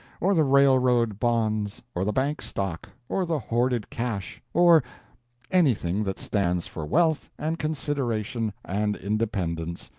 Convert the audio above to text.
or the railroad bonds, or the bank stock, or the hoarded cash, or anything that stands for wealth and consideration and independence,